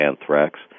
anthrax